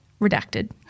redacted